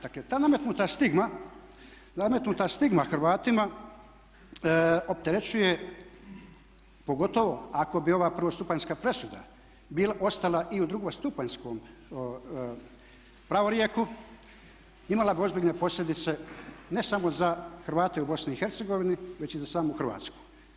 Dakle, ta nametnuta stigma Hrvatima opterećuje, pogotovo ako bi ova prvostupanjska presuda ostala i u drugostupanjskom pravorijeku, imala bi ozbiljne posljedice ne samo za Hrvate u BiH već i za samu Hrvatsku.